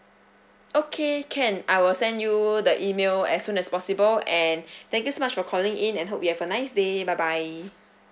okay can I will send you the email as soon as possible and thank you so much for calling in and hope you have a nice day bye bye